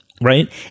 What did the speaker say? right